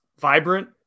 vibrant